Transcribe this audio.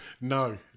No